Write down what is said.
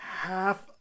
half